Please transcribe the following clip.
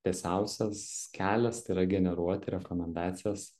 tiesiausias kelias tai yra generuoti rekomendacijas